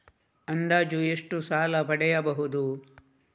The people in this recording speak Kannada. ಅಂದಾಜು ಎಷ್ಟು ಸಾಲ ಪಡೆಯಬಹುದು?